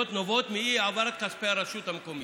נובעות מאי-העברת כספי הרשות המקומית,